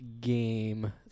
Game